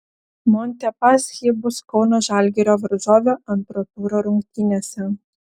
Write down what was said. montepaschi bus kauno žalgirio varžovė antro turo rungtynėse